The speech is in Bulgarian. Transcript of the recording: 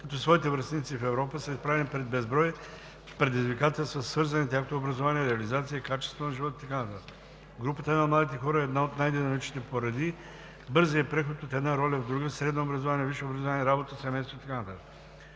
като своите връстници в Европа, са изправени пред безброй предизвикателства, свързани с тяхното образование, реализация, качество на живот и така нататък. Групата на младите хора е една от най-динамичните поради бързия преход от една роля в друга – средно образование, висше образование, работа, семейство и така